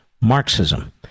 Marxism